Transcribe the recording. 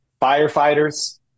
firefighters